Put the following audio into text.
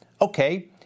Okay